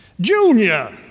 Junior